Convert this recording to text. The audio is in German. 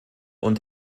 und